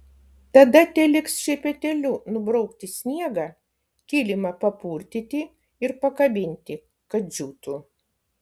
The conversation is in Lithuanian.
tada teliks šepetėliu nubraukti sniegą kilimą papurtyti ir pakabinti kad džiūtų